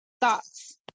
thoughts